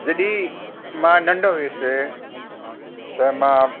जॾहिं मां नंढो हुउसि त मां